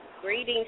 Greetings